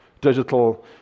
digital